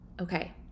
okay